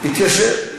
יתיישר.